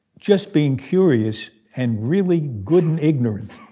just being curious and really good and ignorant.